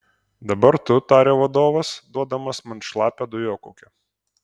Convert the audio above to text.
dabar tu tarė vadovas duodamas man šlapią dujokaukę